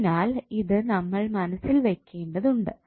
അതിനാൽ ഇത് നമ്മൾ മനസ്സിൽ വയ്ക്കേണ്ടതുണ്ട്